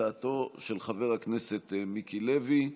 הצעתו של חבר הכנסת מיקי לוי.